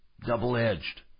Double-edged